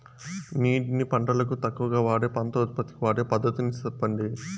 నీటిని పంటలకు తక్కువగా వాడే పంట ఉత్పత్తికి వాడే పద్ధతిని సెప్పండి?